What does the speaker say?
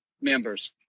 members